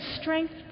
strength